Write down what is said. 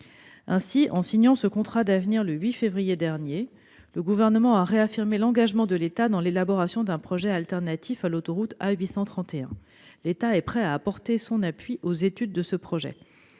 En signant ce contrat d'avenir, le 8 février dernier, le Gouvernement a réaffirmé l'engagement de l'État dans l'élaboration d'un projet alternatif à l'autoroute A831. L'État est prêt à apporter son appui aux études de ce projet.